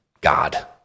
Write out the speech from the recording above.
God